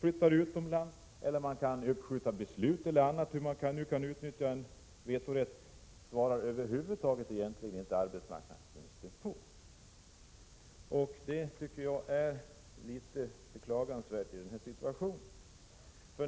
flyttar utomlands, för att uppskjuta beslut eller vad man nu använder vetorätten till. Jag tycker att det är beklagligt att jag inte får något svar i den här situationen.